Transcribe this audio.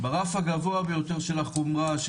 ברף הגבוה ביותר של החומרה,